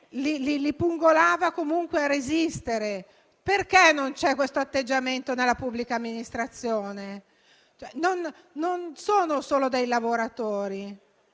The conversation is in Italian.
li pungola comunque a resistere. Perché non esiste questo atteggiamento anche nella pubblica amministrazione? Non si tratta solo dei lavoratori: